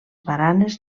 baranes